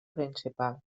principal